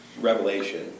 revelation